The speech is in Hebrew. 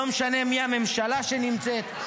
לא משנה מי הממשלה שנמצאת,